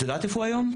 את יודעת איפה הוא היום?